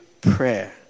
prayer